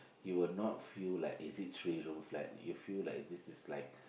you will not feel is it three room flat you feel like this is like